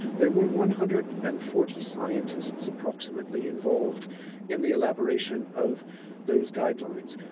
there were one hundred and forty scientists approximately, involved in the elaboration of those guidelines.